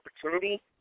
opportunity